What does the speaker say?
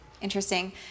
Interesting